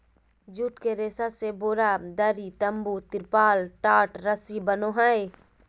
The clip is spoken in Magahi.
जुट के रेशा से बोरा, दरी, तम्बू, तिरपाल, टाट, रस्सी बनो हइ